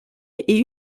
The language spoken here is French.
est